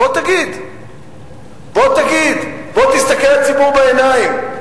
בוא תגיד, בוא תגיד, בוא תסתכל לציבור בעיניים.